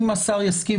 אם השר יסכים,